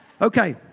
Okay